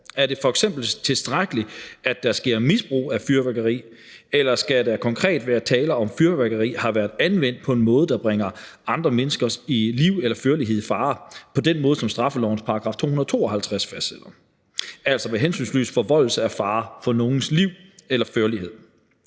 Er det f.eks. tilstrækkeligt, at der sker misbrug af fyrværkeri, eller skal der konkret være tale om, at fyrværkeri har været anvendt på en måde, der bringer andre menneskers liv eller førlighed i fare på den måde, som straffelovens § 252 fastsætter – altså som på hensynsløs vis volder nærliggende fare for nogens liv eller førlighed?